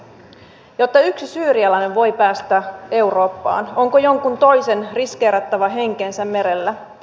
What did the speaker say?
jotta yksi syyrialainen voi päästä eurooppaan onko jonkun toisen riskeerattava henkensä merellä